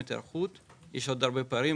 יש עוד הרבה פערים.